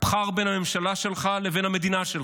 בחר בין הממשלה שלך לבין המדינה שלך.